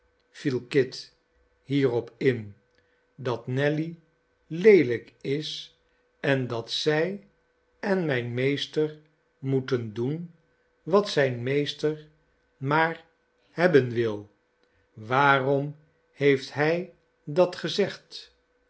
viel kit hierop in dat nelly leelijk is en dat zij en mijn meester moeten doen wat zijn meester maar hebben wil waarom heeft hij dat gezegd